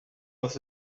was